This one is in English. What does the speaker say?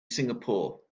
singapore